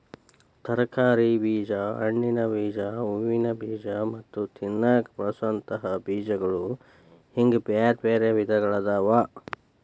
ತರಕಾರಿ ಬೇಜ, ಹಣ್ಣಿನ ಬೇಜ, ಹೂವಿನ ಬೇಜ ಮತ್ತ ತಿನ್ನಾಕ ಬಳಸೋವಂತ ಬೇಜಗಳು ಹಿಂಗ್ ಬ್ಯಾರ್ಬ್ಯಾರೇ ವಿಧಗಳಾದವ